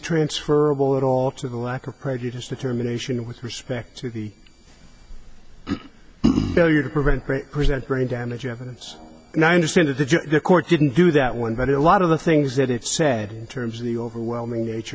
transferable at all to the lack of prejudice determination with respect to the value to prevent present brain damage evidence now i understand that the court didn't do that one but it alot of the things that it sadden terms the overwhelming nature